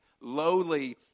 lowly